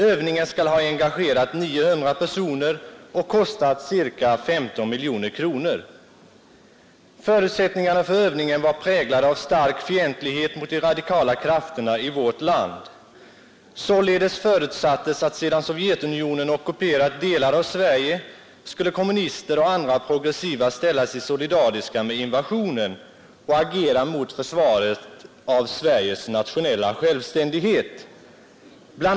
Övningen skall ha engagerat 900 personer och kostat ca 15 miljoner kronor. Förutsättningarna för övningen var präglade av stark fientlighet mot de radikala krafterna i vårt land. Således förutsattes att sedan Sovjetunionen ockuperat delar av Sverige skulle kommunister och andra progressiva ställa sig solidariska med invasionen och agera mot försvaret av Sveriges nationella självständighet. Bl.